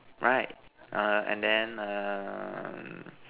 right err and then um